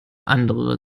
andere